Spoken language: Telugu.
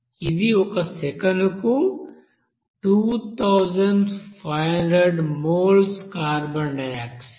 ఇది ఒక సెకనుకు 2500 మోల్స్ కార్బన్ డయాక్సైడ్